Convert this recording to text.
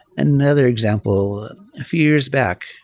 another example a few years back,